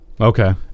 Okay